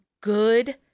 good